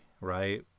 right